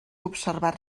observar